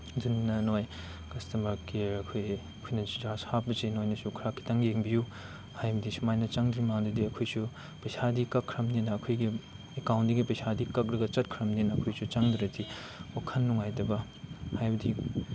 ꯑꯗꯨꯅ ꯅꯣꯏ customer care ꯈꯣꯏꯒꯤ ꯑꯩꯈꯣꯏꯅ ꯔꯤꯆꯥꯔꯖ ꯍꯥꯞꯄꯤꯁꯦ ꯅꯣꯏꯅꯁꯨ ꯈꯔ ꯈꯤꯇꯪ ꯌꯦꯡꯕꯤꯌꯨ ꯍꯥꯏꯕꯗꯤ ꯁꯨꯃꯥꯏꯅ ꯆꯪꯗ꯭ꯔꯤꯀꯥꯟꯗꯗꯤ ꯑꯩꯈꯣꯏꯁꯨ ꯄꯩꯁꯥꯗꯤ ꯀꯛꯈ꯭ꯔꯕꯅꯤꯅ ꯑꯩꯈꯣꯏꯒꯤ ꯑꯦꯛꯀꯥꯎꯟꯗꯒꯤ ꯄꯩꯁꯥꯗꯤ ꯀꯛꯂꯒ ꯆꯠꯈ꯭ꯔꯕꯅꯤꯅ ꯑꯩꯈꯣꯏꯁꯨ ꯆꯪꯗ꯭ꯔꯗꯤ ꯋꯥꯈꯜ ꯅꯨꯡꯉꯥꯏꯇꯕ ꯍꯥꯏꯕꯗꯤ